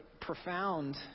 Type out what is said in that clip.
profound